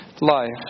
life